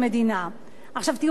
עכשיו תראו איזה אבסורד: